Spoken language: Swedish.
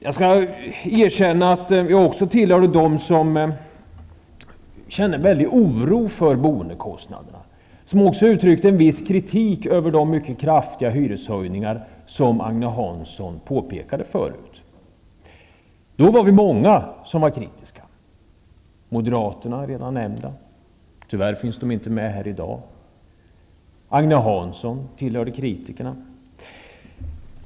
Jag skall erkänna att även jag var en av dem som kände en stor oro för boendekostnaderna och som också uttryckte en viss kritik över de mycket kraftiga hyreshöjningarna, vilket Agne Hansson tidigare påpekade. Då var vi många som var kritiska, moderaterna har redan nämnts, men tyvärr finns de inte med här i dag, och även Agne Hansson var en av kritikerna.